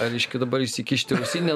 reiškia dabar išsikišti ausinę